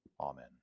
Amen